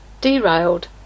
derailed